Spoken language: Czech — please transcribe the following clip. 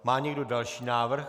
Má někdo další návrh?